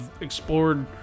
explored